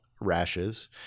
rashes